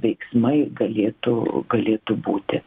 veiksmai galėtų galėtų būti